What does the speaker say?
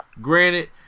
granted